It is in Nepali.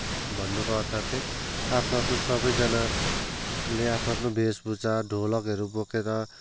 भन्नुको अर्थ चाहिँ आफ्नो आफ्नो सबैजनाले आफ्नो आफ्नो वेषभूषा ढोलकहरू बोकेर